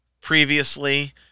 previously